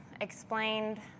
explained